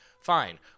fine